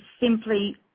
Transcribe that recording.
simply